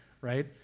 right